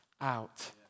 out